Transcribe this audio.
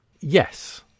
Yes